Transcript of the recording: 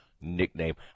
nickname